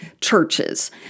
churches